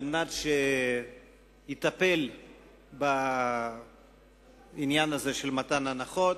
בבקשה שיטפל בעניין הזה של מתן הנחות.